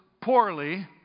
poorly